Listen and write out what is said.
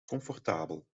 comfortabel